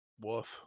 woof